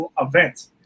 event